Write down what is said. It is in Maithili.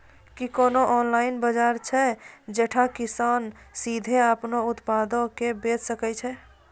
कि कोनो ऑनलाइन बजार छै जैठां किसान सीधे अपनो उत्पादो के बेची सकै छै?